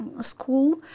school